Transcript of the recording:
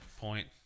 point